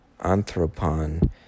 anthropon